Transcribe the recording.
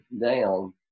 down